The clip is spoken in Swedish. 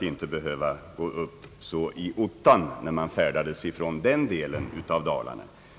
inte behöva gå upp så i ottan när man färdades från den delen av Dalarna.